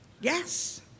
Yes